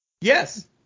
Yes